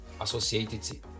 associated